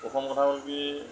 প্ৰথম কথা হ'ল কি